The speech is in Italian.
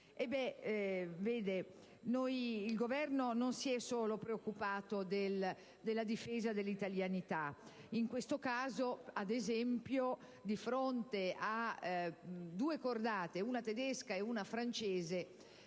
Il Governo non si è solo preoccupato della difesa dell'italianità. In questo caso, ad esempio, di fronte a due cordate, una tedesca e una francese,